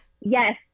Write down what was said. Yes